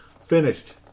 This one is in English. finished